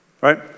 right